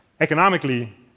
Economically